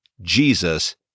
Jesus